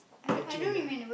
Ho-Chi-Minh ah